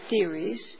theories